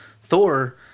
Thor